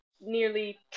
nearly